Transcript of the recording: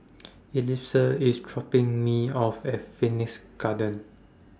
Elissa IS dropping Me off At Phoenix Garden